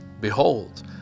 Behold